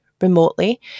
remotely